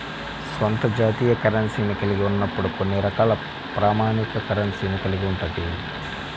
స్వంత జాతీయ కరెన్సీని కలిగి ఉన్నప్పుడు కొన్ని రకాల ప్రామాణిక కరెన్సీని కలిగి ఉంటది